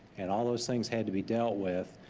and all those things had to be dealt with.